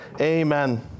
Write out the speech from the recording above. Amen